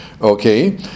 Okay